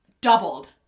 doubled